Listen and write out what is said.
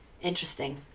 interesting